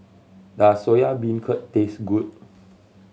does Soya Beancurd taste good